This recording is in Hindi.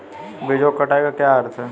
बीजों की कटाई का क्या अर्थ है?